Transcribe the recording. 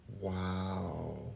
wow